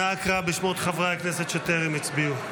נא קרא בשמות חברי הכנסת שטרם הצביעו.